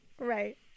Right